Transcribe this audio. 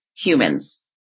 humans